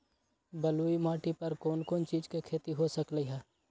बलुई माटी पर कोन कोन चीज के खेती हो सकलई ह?